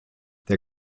der